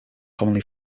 commonly